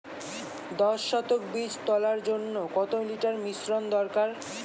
দশ শতক বীজ তলার জন্য কত লিটার মিশ্রন দরকার?